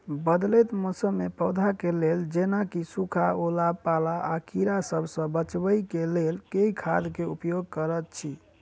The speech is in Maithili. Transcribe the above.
बदलैत मौसम मे पौधा केँ लेल जेना की सुखा, ओला पाला, आ कीड़ा सबसँ बचबई केँ लेल केँ खाद केँ उपयोग करऽ छी?